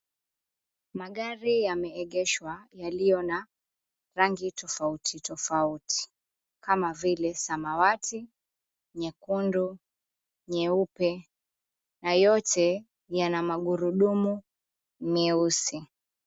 Magari yameegeshwa yaliyo na rangi tofauti tofauti kama vile samawati, nyekundu, nyeupe na yote yana magurudumu meusi.